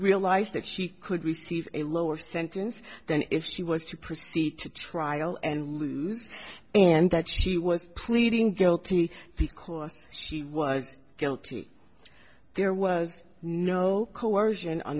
realize that she could receive a lower sentence than if she was to proceed to trial and lose and that she was pleading guilty because she was guilty there was no coercion on